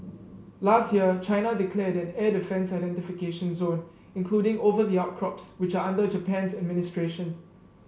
last year China declared an air defence identification zone including over the outcrops which are under Japan's administration